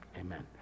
Amen